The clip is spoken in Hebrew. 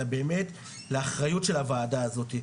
אלא באמת לאחריות של הוועדה הזאת.